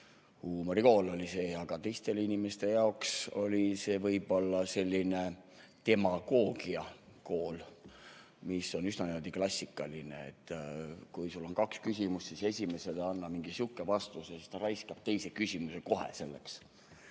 Huumorikool oli see, aga teiste inimeste jaoks oli see võib-olla selline demagoogiakool, mis on üsna klassikaline: kui sul on kaks küsimust, siis esimesele anna mingi sihuke vastus ja siis ta raiskab teise küsimuse kohe selleks